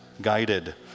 guided